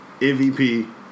MVP